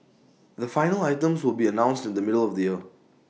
the final items will be announced in the middle of the year